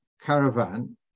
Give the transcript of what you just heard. caravan